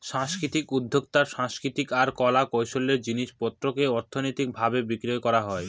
সাংস্কৃতিক উদ্যক্তাতে সাংস্কৃতিক আর কলা কৌশলের জিনিস পত্রকে অর্থনৈতিক ভাবে বিক্রি করা হয়